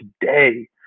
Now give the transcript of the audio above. today